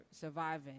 surviving